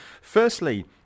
Firstly